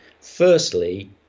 Firstly